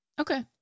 Okay